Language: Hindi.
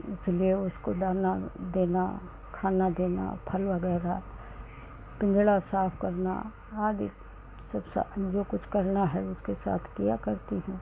इसलिए उसको दाना देना खाना देना फल वगैरह पिंजड़ा साफ करना आदी जो क जो कुछ करना है उसके साथ किया करते हैं